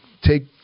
take